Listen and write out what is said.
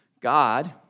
God